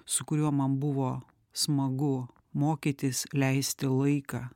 su kuriuo man buvo smagu mokytis leisti laiką